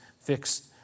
fixed